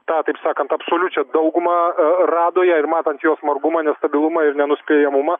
tą taip sakant absoliučią daugumą radoje ir matant jos margumą nestabilumą ir nenuspėjamumą